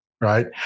right